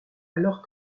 alors